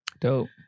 Dope